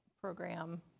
program